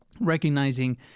recognizing